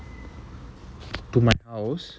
to my house